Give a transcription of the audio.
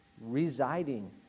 residing